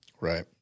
Right